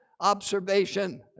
observation